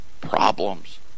problems